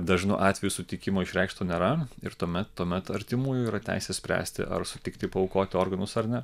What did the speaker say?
dažnu atveju sutikimo išreikšto nėra ir tuomet tuomet artimųjų yra teisė spręsti ar sutikti paaukoti organus ar ne